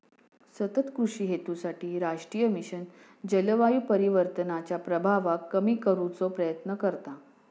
सतत कृषि हेतूसाठी राष्ट्रीय मिशन जलवायू परिवर्तनाच्या प्रभावाक कमी करुचो प्रयत्न करता